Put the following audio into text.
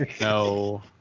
No